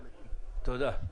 תודה.